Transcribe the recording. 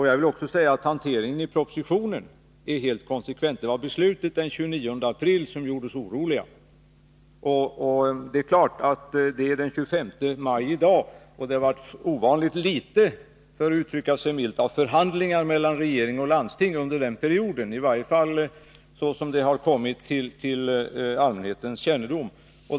Jag vill också säga att hanteringen i propositionen är helt konsekvent. Det var beslutet den 29 april som gjorde oss oroliga. — Men det är den 25 maj i dag, och det har, för att uttrycka saken milt, varit ovanligt litet av förhandlingar mellan regeringen och landstinget under den här perioden — i varje fall enligt vad som kommit till allmänhetens kännedom.